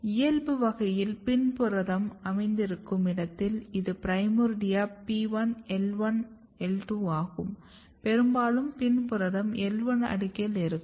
இயல்பு வகையில் PIN புரதம் அமைந்திருக்கும் இடத்தில் இது பிரைமோர்டியா P1 L1 L2 ஆகும் பெரும்பாலும் PIN புரதம் L1 அடுக்கில் இருக்கும்